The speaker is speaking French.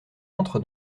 entre